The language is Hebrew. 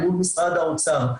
אל מול משרד האוצר.